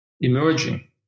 emerging